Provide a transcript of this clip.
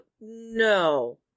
No